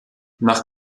nach